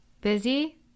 busy